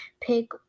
pick